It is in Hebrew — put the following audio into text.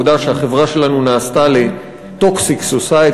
העובדה שהחברה שלנו נעשתה ל-toxic society,